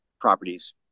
properties